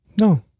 No